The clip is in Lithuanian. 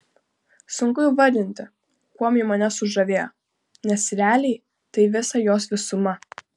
sunku įvardinti kuom ji mane sužavėjo nes realiai tai visa jos visuma